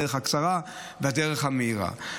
בדרך הקצרה ובדרך המהירה.